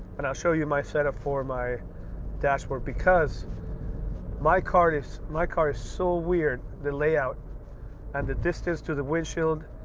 and i'll show you my setup for my dashboard. because my car is my car is so weird, the layout and the distance to the windshield,